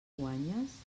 guanyes